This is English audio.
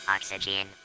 Oxygen